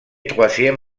troisième